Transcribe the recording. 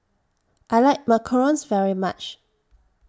I like Macarons very much